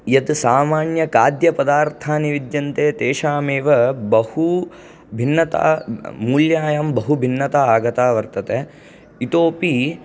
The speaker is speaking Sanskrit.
यत् सामान्य खाद्यपदार्थानि विद्यन्ते तेषामेव बहुभिन्नता मूल्यायां बहुभिन्नता आगता वर्तते इतोऽपि